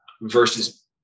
versus